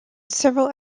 several